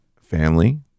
family